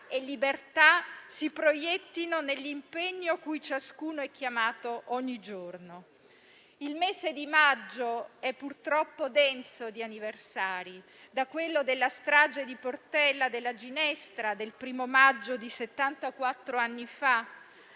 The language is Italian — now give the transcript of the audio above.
di libertà si proiettino nell'impegno cui ciascuno è chiamato ogni giorno. Il mese di maggio è purtroppo denso di anniversari, da quello della strage di Portella della Ginestra, del primo maggio di